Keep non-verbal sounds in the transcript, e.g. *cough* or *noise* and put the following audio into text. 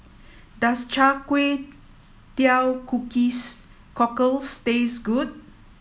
does Char Kway Teow *unintelligible* Cockles taste good